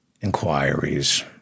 inquiries